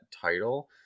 title